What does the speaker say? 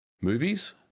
movies